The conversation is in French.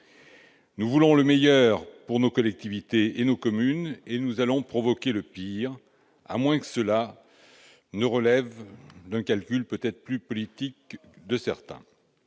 nous voulons le meilleur pour nos collectivités et nos communes, nous allons provoquer le pire, à moins que cela ne relève d'un calcul peut-être plus politique de la